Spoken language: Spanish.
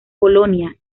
bolonia